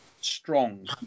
strong